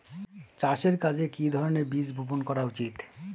চাষের কাজে কি ধরনের বীজ বপন করা উচিৎ?